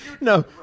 No